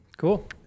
Cool